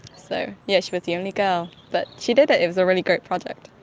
so yes, she was the only girl, but she did it. it was a really great project.